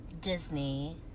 disney